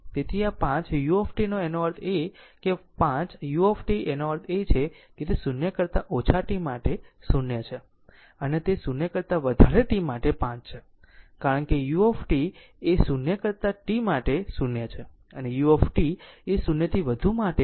તેથી આ 5 u નો અર્થ એ છે કે 5 u નો અર્થ એ છે કે તે 0 કરતા ઓછા t માટે 0 છે અને તે 0 કરતા વધારે t માટે 5 છે કારણ કે u એ 0 કરતા t માટે 0 છે અને u એ 0 થી વધુ માટે t માટે 1 છે